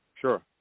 Sure